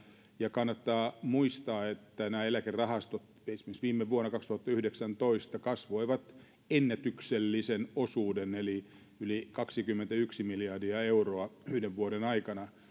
ja kannattaa muistaa että nämä eläkerahastot esimerkiksi viime vuonna kaksituhattayhdeksäntoista kasvoivat ennätyksellisen osuuden eli yli kaksikymmentäyksi miljardia euroa yhden vuoden aikana